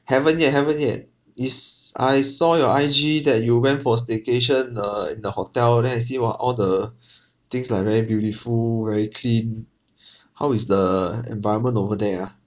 haven't yet haven't yet it's I saw your I_G that you went for staycation err in the hotel then I see !wah! all the things like very beautiful very clean how is the environment over there ah